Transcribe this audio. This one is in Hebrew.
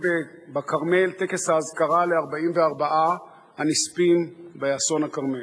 בכרמל טקס האזכרה ל-44 הנספים באסון הכרמל.